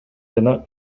жана